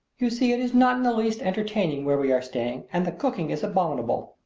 you see it is not in the least entertaining where we are staying and the cooking is abominable.